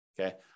Okay